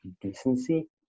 decency